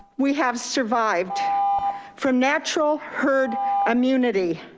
we have survived from natural herd immunity.